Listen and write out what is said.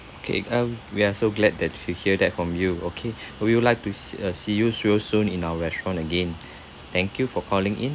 okay um we are so glad that to hear that from you okay would you like to s~ uh see you see you soon in our restaurant again thank you for calling in